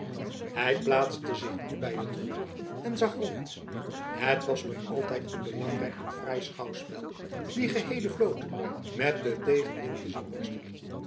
hij plaatste zich nu bij het roer en zag rond het was nog altijd een belangrijk en fraai schouwspel die geheele vloot met den tegenwind te zien worstelen